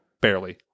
Barely